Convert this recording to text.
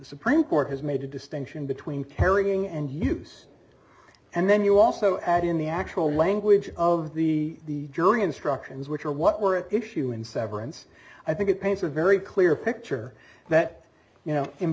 supreme court has made a distinction between caring and use and then you also add in the actual language of the jury instructions which are what we're at issue in severance i think it paints a very clear picture that you know